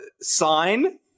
sign